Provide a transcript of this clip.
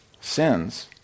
sins